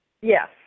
Yes